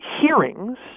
hearings